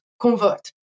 convert